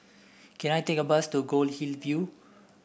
can I take a bus to Goldhill View